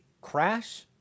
crash